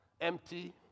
empty